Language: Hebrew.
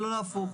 ולא הפוך.